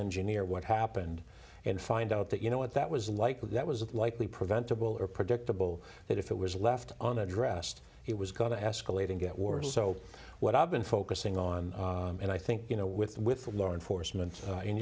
engineer what happened and find out that you know what that was like that was likely preventable or predictable that if it was left on addressed it was going to escalate and get worse so what i've been focusing on and i think you know with with law enforcement